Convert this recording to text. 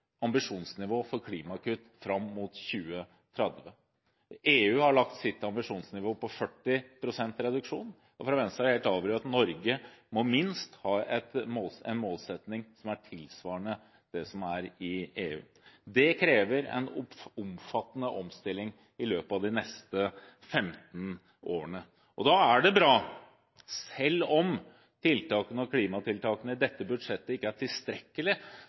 ambisjonsnivå for klimakutt fram mot 2030. EU har lagt sitt ambisjonsnivå på 40 pst. reduksjon. Og for Venstre er det helt avgjørende at Norge må ha minst en målsetting som er tilsvarende den som er i EU. Det krever en omfattende omstilling i løpet av de neste 15 årene. Selv om tiltakene og klimatiltakene i dette budsjettet ikke er tilstrekkelig